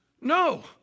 No